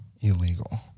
illegal